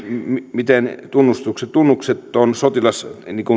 miten tunnukseton sotilas